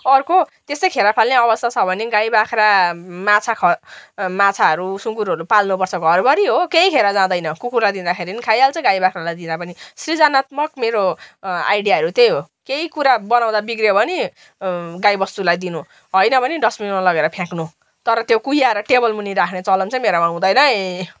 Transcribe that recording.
अर्को त्यस्तै खेरो फाल्ने अवस्था छ भने गाई बाख्रा माछा ख माछाहरू सुँगुरहरू पाल्नु पर्छ घरभरि हो केही खेरो जाँदैन कुकुरलाई दिँंदाखेरि पनि खाइहाल्छ गाई बाख्रालाई दिँदा पनि सृजनात्मक मेरो आइड्याहरू त्यही हो केही कुरा बनाउँदा बिग्रियो भने गाई बस्तुलाई दिनु होइन भने डस्टबिनमा लगेर फ्याँक्नु तर त्यो कुहाएर टेबलमुनि राख्ने चलन चाहिँ मेरोमा हुँदैन है